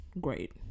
great